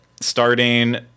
starting